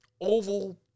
oval